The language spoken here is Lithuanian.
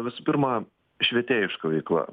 visų pirma švietėjiška veikla